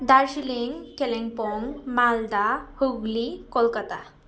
Darjeeling Kalimpong Malda Hooghly Kolkata